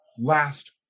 last